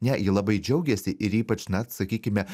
ne ji labai džiaugėsi ir ypač na sakykime